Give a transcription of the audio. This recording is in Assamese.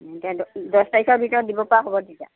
এতিয়া দচ তাৰিখৰ ভিতৰত দিব পৰা হ'ব তেতিয়া